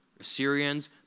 Assyrians